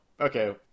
okay